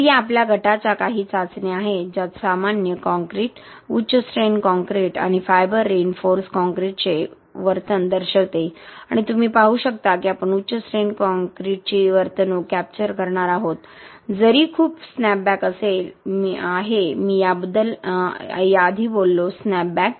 तर या आपल्या गटाच्या काही चाचण्या आहेत ज्यात सामान्य कॉंक्रिट उच्च स्ट्रेन कॉंक्रिट आणि फायबर रीइन्फोर्स कॉंक्रीटचे वर्तन दर्शविते आणि तुम्ही पाहू शकता की आपण उच्च स्ट्रेन कॉंक्रिटची वर्तणूक कॅप्चर करणार आहोत जरी खूप स्नॅपबॅक आहे मी याबद्दल याआधी बोललो स्नॅपबॅक